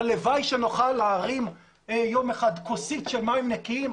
הלוואי שנוכל להרים יום אחד כוסית של מים נקיים,